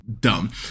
dumb